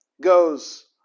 goes